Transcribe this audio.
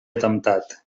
atemptat